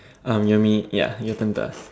um you want me ya your turn to ask